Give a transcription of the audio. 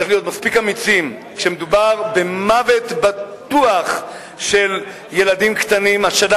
צריך להיות מספיק אמיצים כשמדובר במוות בטוח של ילדים קטנים השנה,